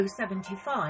75